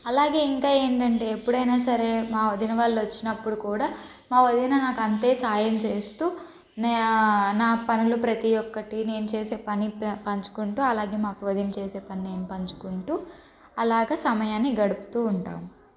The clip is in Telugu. అలాగే ఇంకా ఏంటంటే ఎప్పుడైనా సరే మా వదిన వాళ్ళు వచ్చినపుడు కూడా మా వదిన నాకు అంతే సాయం చేస్తూ నా పనులు ప్రతి ఒక్కటీ నేను చేసే పని పంచుకుంటూ అలాగే మా వదిన చేసే పని నేను పంచుకుంటూ అలాగా సమయాన్ని గడుపుతూ ఉంటాము